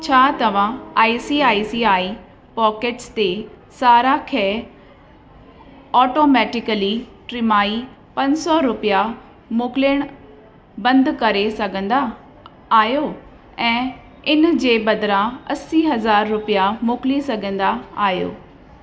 छा तव्हां I C I C I pockets ते सारा खे ऑटोमैटिकली ट्रीमाई पंज सौ रुपिया मोकिलणु बंदि करे सघंदा आहियो ऐं इन जे बदिरां असी हज़ार रुपया मोकिले सघंदा आहियो